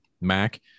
Mac